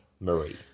Marie